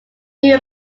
knew